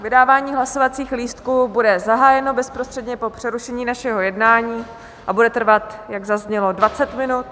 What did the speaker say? Vydávání hlasovacích lístků bude zahájeno bezprostředně po přerušení našeho jednání a bude trvat, jak zaznělo, dvacet minut.